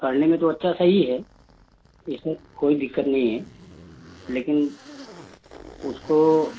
पढ़ने में तो बच्चा सही है इसमें कोई दिक्कत नहीं है लेकिन उसको